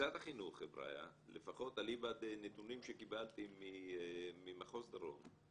לפחות אליבא דנתונים שקיבלתי ממחוז דרום,